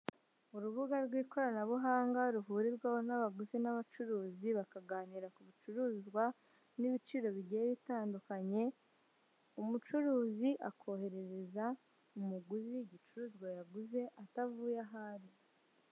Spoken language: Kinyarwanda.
Urubuga rw'ikoranabuhanga ruhurirwaho abaguzi n'abacuruzi bakaganira ku bicuruzwa n'ibiciro bigiye bitandukanye , umucuruzi akoherereza umuguzi ibicuruzwa yaguze atavuye aho ari.